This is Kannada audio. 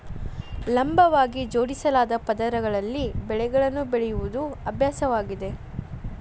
ಲಂಬವಾಗಿ ಜೋಡಿಸಲಾದ ಪದರಗಳಲ್ಲಿ ಬೆಳೆಗಳನ್ನು ಬೆಳೆಯುವ ಅಭ್ಯಾಸವಾಗಿದೆ